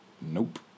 Nope